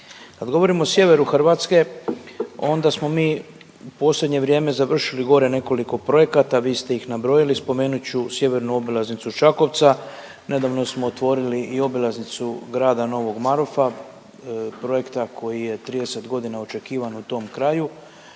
Kad govorimo o sjeveru Hrvatske, onda smo mi u posljednje vrijeme završili gore nekoliko projekata, vi ste ih nabrojili, spomenut ću sjevernu obilaznicu Čakovca. Nedavno smo otvorili i obilaznicu grada Novog Marofa, projekta koji je 30 godina očekivan u tom kraju